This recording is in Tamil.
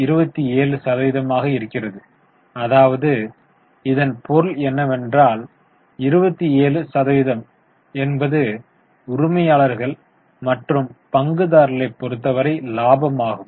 27 சதவீதமாக இருக்கிறது அதாவது இதன் பொருள் என்னவென்றால் 27 சதவிகிதம் என்பது உரிமையாளர்கள் மற்றும் பங்குதாரர்களைப் பொறுத்தவரை லாபமாகும்